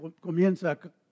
comienza